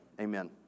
Amen